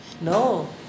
No